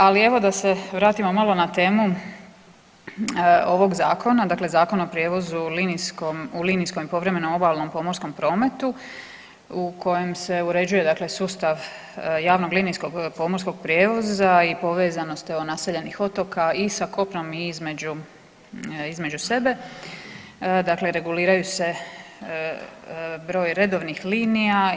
Ali evo da se vratimo malo na temu ovog zakona, dakle Zakona o prijevozu u linijskom i povremenom obalnom pomorskom prometu u kojem se uređuje sustav javnog linijskog pomorskog prijevoza i povezanost evo naseljenih otoka i sa kopnom i između sebe dakle reguliraju se broj redovnih linija.